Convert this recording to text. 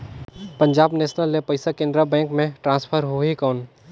Punjab National ले पइसा Canara bank मे ट्रांसफर होहि कौन?